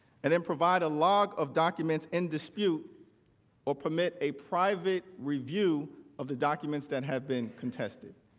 and then provide a log of documents in dispute or permit a private review of the documents that have been contested.